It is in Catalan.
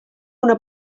una